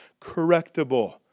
correctable